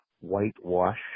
whitewash